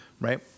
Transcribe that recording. right